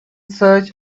search